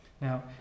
Now